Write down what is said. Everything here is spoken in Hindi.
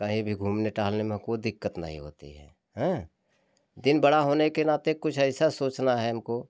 कहीं भी घूमने टहलने में कोई दिक्कत नहीं होती है हाँ दिन बड़ा होने के नातें कुछ ऐसा सोचना है हमको